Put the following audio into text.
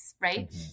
right